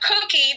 Cookie